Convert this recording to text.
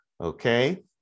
Okay